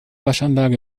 waschanlage